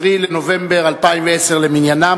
10 בנובמבר 2010 למניינם.